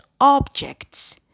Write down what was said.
objects